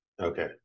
Okay